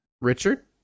Richard